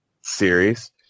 series